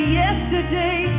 yesterday